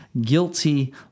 guilty